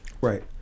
right